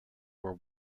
were